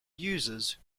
users